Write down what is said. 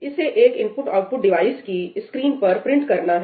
इसे एक IO device की स्क्रीन पर प्रिंट करना है